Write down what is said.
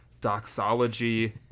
doxology